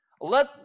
Let